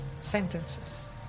sentences